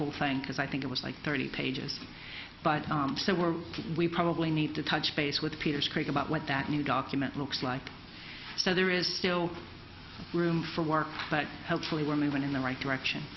whole thing because i think it was like thirty pages but so were we probably need to touch base with peter straight about what that new document looks like so there is still room for work but helpfully when we went in the right direction